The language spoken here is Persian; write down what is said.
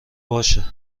باشه